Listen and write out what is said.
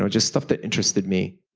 ah just stuff that interested me.